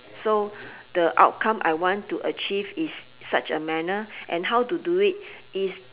so the outcome I want to achieve is such a manner and how to do it is